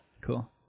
Cool